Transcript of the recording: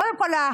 קודם כול,